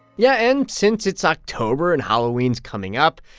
yeah. and since it's october and halloween's coming up,